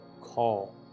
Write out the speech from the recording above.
call